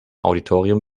auditorium